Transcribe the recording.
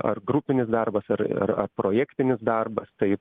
ar grupinis darbas ar ar projektinis darbas tai